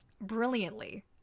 brilliantly